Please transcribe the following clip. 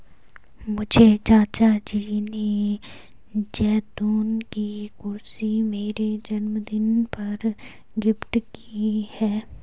मुझे चाचा जी ने जैतून की कुर्सी मेरे जन्मदिन पर गिफ्ट की है